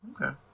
okay